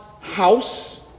house